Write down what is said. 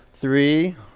Three